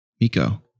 Miko